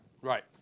Right